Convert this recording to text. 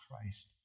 Christ